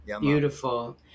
beautiful